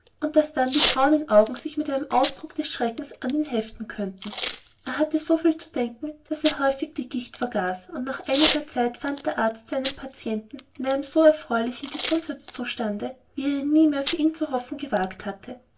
und daß dann die braunen augen sich mit einem ausdruck des schreckens auf ihn heften könnten er hatte so viel zu denken daß er häufig die gicht vergaß und nach einiger zeit fand der arzt seinen patienten in einem so erfreulichen gesundheitszustande wie er ihn nie mehr für ihn zu hoffen gewagt hatte